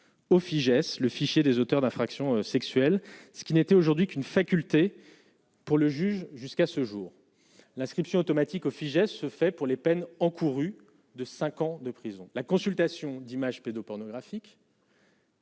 au Fijais le fichier des auteurs d'infractions sexuelles, ce qui n'était aujourd'hui qu'une faculté pour le juge jusqu'à ce jour, l'inscription automatique au Fijais se fait pour les peines encourues de 5 ans de prison la consultation d'images pédopornographiques.